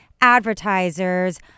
advertisers